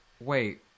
wait